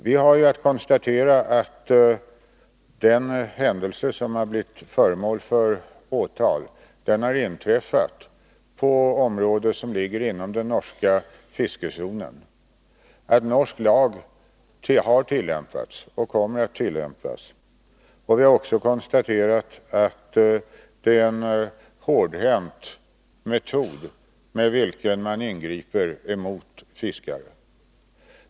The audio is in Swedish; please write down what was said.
Vi har att konstatera att den händelse som blivit föremål för åtal har inträffat på område som ligger inom den norska fiskezonen, att norsk lag har tillämpats och kommer att tillämpas samt att det är med en hårdhänt metod man ingriper mot fiskare.